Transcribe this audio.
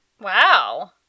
Wow